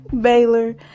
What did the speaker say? Baylor